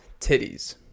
titties